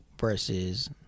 versus